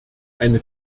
eine